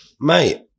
Mate